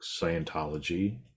Scientology